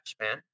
man